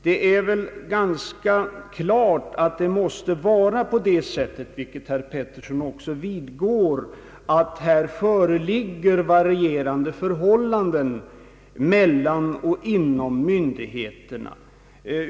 Det är ganska klart, vilket herr Pettersson också vidgår, att det måste föreligga varierande förhållanden mellan och inom myndigheterna.